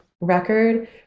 record